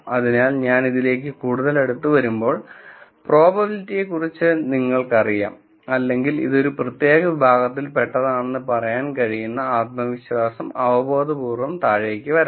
അതിനാൽ ഞാൻ ഇതിലേക്ക് കൂടുതൽ അടുത്തുവരുമ്പോൾ പ്രോബബിലിറ്റിയെക്കുറിച്ച് നിങ്ങൾക്കറിയാം അല്ലെങ്കിൽ ഇത് ഒരു പ്രത്യേക വിഭാഗത്തിൽ പെട്ടതാണെന്ന് പറയാൻ കഴിയുന്ന ആത്മവിശ്വാസം അവബോധപൂർവ്വം താഴേക്ക് വരാം